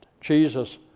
Jesus